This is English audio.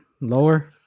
lower